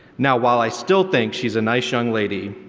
now while i still think she's a nice young lady,